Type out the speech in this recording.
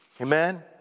Amen